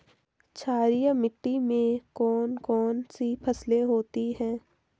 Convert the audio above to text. क्षारीय मिट्टी में कौन कौन सी फसलें होती हैं?